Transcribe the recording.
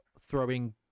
throwing